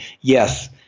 yes